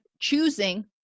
choosing